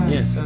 Yes